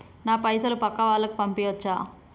నా పైసలు పక్కా వాళ్ళకు పంపియాచ్చా?